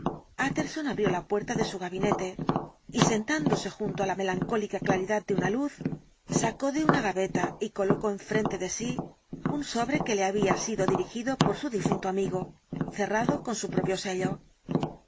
utterson abrió la puerta de su gabinete y sentándose junto á la melancólica claridad de una luz sacó de una gaveta y colocó enfrente de sí un sobre que le había sido dirigido por su difunto amigo cerrado con su propio sello